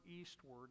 eastward